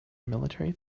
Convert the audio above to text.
military